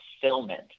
fulfillment